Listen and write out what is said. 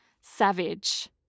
savage